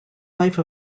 life